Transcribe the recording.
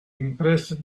impressed